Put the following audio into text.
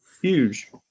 huge